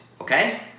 okay